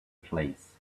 place